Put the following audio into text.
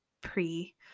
pre-